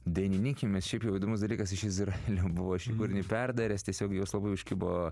dainininkėmis šiaip jau įdomus dalykas iš izraelio buvo šį kūrinį perdaręs tiesiog jos labai užkibo